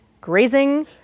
grazing